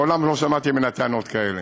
מעולם לא שמעתי ממנה טענות כאלה.